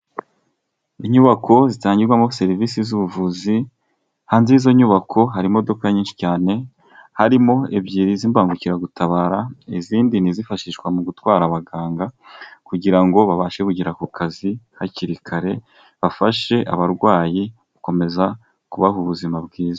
Inyubako zitangirwamo serivisi z'ubuvuzi, hanze yizo nyubako hari imodoka nyinshi cyane, harimo ebyiri z'imbangukiragutabara izindi nizifashishwa mu gutwara abaganga, kugira ngo babashe kugera ku kazi hakiri kare bafashe abarwayi gukomeza kubaho ubuzima bwiza.